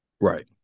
Right